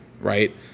right